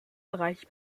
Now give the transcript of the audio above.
bereich